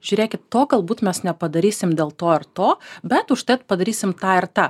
žiūrėkit to galbūt mes nepadarysim dėl to ir to bet užtat padarysim tą ir tą